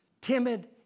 timid